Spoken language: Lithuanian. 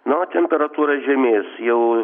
na o temperatūra žemės jau